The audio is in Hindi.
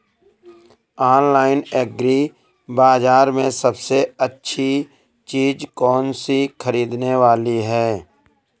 ऑनलाइन एग्री बाजार में सबसे अच्छी चीज कौन सी ख़रीदने वाली है?